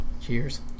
Cheers